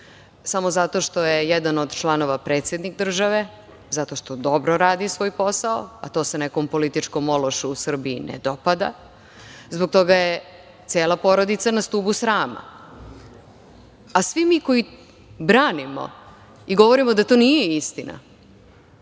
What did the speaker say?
samo zato što je jedan od članova predsednik države, zato što dobro radi svoj posao, a to se nekom političkom ološu u Srbiji ne dopada, zbog toga je cela porodica na stubu srama, a svi mi koji branimo i govorimo da to nije istina,